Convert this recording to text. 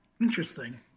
Interesting